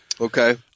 Okay